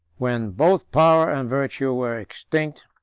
when both power and virtue were extinct,